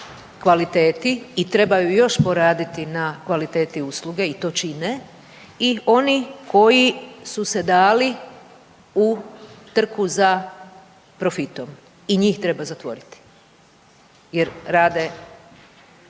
kvaliteti i trebaju još poraditi na kvaliteti usluge i to čine i oni koji su se dali u trku za profitom i njih treba zatvoriti jer rade